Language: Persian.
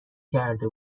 کرده